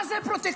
מה זה פרוטקשן?